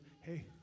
hey